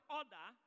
order